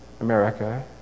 America